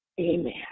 Amen